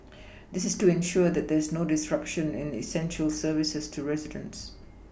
this is to ensure that there is no disruption in essential services to residents